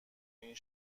این